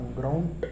ground